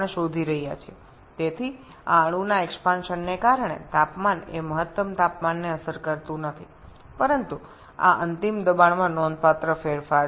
সুতরাং এই অণু বিস্তারের কারণে তাপমাত্রা সর্বাধিক তাপমাত্রা অপরিবর্তিত থাকে